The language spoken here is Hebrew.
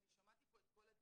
אני שמעתי פה את כל הדיון,